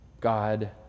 God